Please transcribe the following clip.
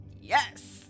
Yes